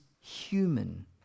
human